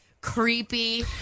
creepy